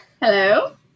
Hello